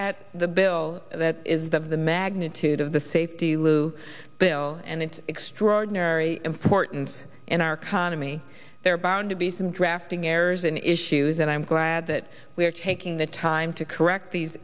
at the bill that is the of the magnitude of the safety lou bill and it's extraordinary important in our condo me there are bound to be some drafting errors and issues and i'm glad that we're taking the time to correct these